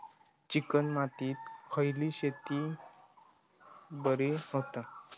Chicken मातीत खयली शेती बरी होता?